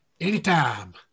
Anytime